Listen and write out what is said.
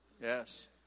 Yes